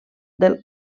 del